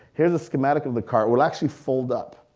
here's the schematic of the car. it will actually fold up.